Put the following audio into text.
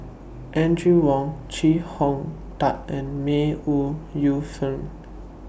Audrey Wong Chee Hong Tat and May Ooi Yu Fen